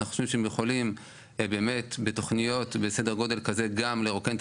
אנחנו חושבים שהם יכולים באמת בתוכניות בסדר גודל כזה גם לרוקן את